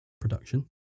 production